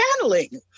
channeling